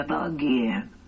again